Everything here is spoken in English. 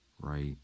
Right